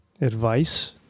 advice